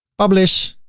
publish.